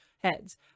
heads